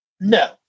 No